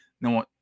No